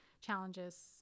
challenges